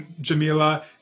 Jamila